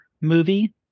movie